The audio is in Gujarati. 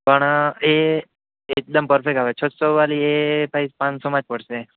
પણ એ એકદમ પરફેક્ટ આવે છસો વાળીએ પ્રાઇસ પાંચસોમાં જ પડશે